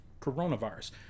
coronavirus